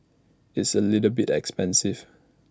it's A little bit expensive